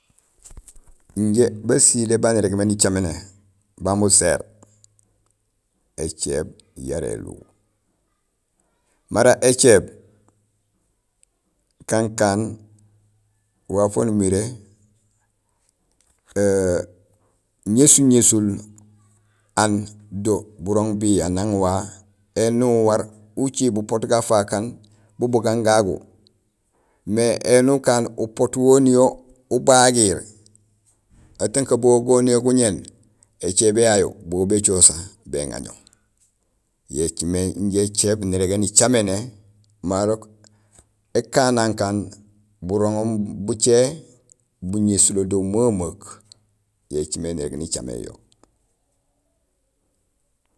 Injé basilé baan irégmé nicaméné baan buséér écééb yara éluw. Mara écééb kakaan waaf waan umiré ŋésul ŋésul aan do burooŋ biya nan,g wa éni nuwaar uciib upoot gafaak aan bu bugaan gagu mais éni ukaan upoot woniyee ubagiir en tant que bugo goni guñéén, écééb yayu bugo bécoho sa, béŋaŋo. Yo écimé injé écééb nirégé nicaméné marok ékanaam kan buroŋoom bucé buŋésulo do memeek; yo écimé nirég nicaméén yo.